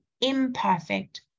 imperfect